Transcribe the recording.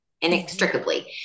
inextricably